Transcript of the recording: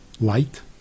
light